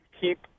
keep